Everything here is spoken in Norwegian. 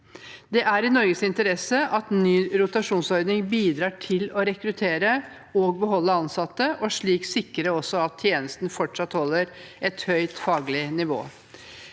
Det er i Norges interesse at ny rotasjonsordning bidrar til å rekruttere og beholde ansatte og slik sikre at tjenesten fortsatt skal holde et høyt faglig nivå.